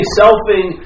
selfing